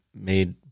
made